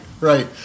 right